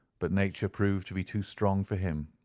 but nature proved to be too strong for him.